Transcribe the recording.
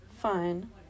Fine